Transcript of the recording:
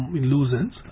illusions